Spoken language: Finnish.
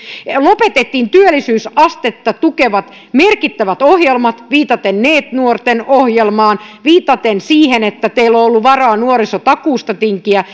lopetettiin työllisyysastetta tukevat merkittävät ohjelmat viitaten neet nuorten ohjelmaan viitaten siihen että teillä on ollut varaa nuorisotakuusta tinkiä